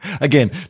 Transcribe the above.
Again